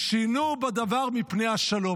שינו בדבר מפני השלום.